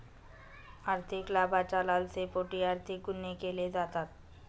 आर्थिक लाभाच्या लालसेपोटी आर्थिक गुन्हे केले जातात